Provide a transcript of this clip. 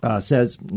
says